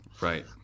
Right